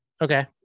Okay